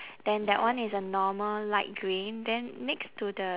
then that one is a normal light green then next to the